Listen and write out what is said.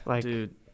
Dude